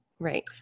Right